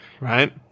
right